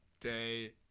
day